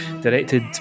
directed